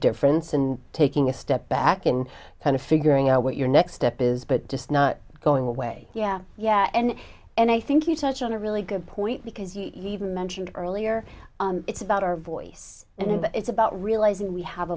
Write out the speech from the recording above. difference and taking a step back and kind of figuring out what your next step is but just not going away yeah yeah and i think you touch on a really good point because you even mentioned earlier it's about our voice and it's about realizing we have